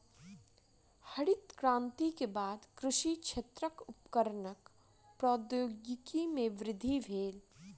हरित क्रांति के बाद कृषि क्षेत्रक उपकरणक प्रौद्योगिकी में वृद्धि भेल